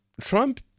Trump